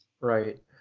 right